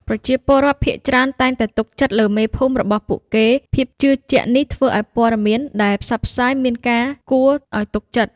ប្រជាពលរដ្ឋភាគច្រើនតែងតែទុកចិត្តលើមេភូមិរបស់ពួកគេ ភាពជឿជាក់នេះធ្វើឱ្យព័ត៌មានដែលផ្សព្វផ្សាយមានការគួរឱ្យទុកចិត្ត។